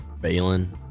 Balin